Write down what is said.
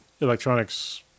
electronics